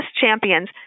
champions